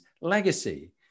Legacy